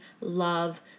love